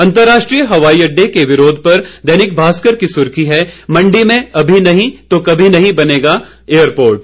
अंतर्राष्ट्रीय हवाई अड्डे के विरोध पर दैनिक भास्कर की सुर्खी है मंडी में अभी नहीं बना तो कभी नहीं बन पाएगा एयरपोर्ट